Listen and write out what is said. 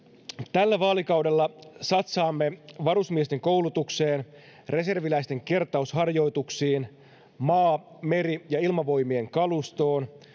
tällä vaalikaudella satsaamme varusmiesten koulutukseen reserviläisten kertausharjoituksiin maa meri ja ilmavoimien kalustoon